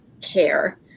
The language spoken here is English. care